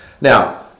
Now